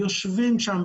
יושבים שם,